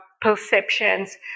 perceptions